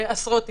בעשרות תיקים.